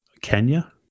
Kenya